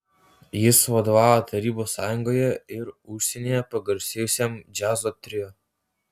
jis vadovavo tarybų sąjungoje ir užsienyje pagarsėjusiam džiazo trio